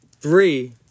Three